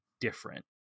different